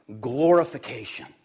glorification